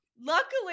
luckily